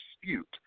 dispute